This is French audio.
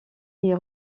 est